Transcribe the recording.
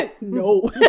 No